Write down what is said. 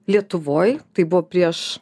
lietuvoj tai buvo prieš